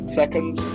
seconds